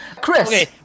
Chris